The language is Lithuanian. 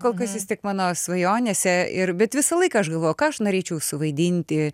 kol kas jis tik mano svajonėse ir bet visą laiką aš galvojau o ką aš norėčiau suvaidinti